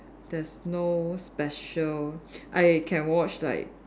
there's no special I can watch like